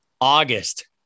August